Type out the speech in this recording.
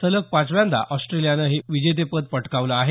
सगल पाचव्यांदा ऑस्ट्रेलियानं हे विजेतेपद पटकावलं आहे